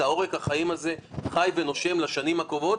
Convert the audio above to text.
את עורק החיים הזה חי ונושם לשנים הקרובות,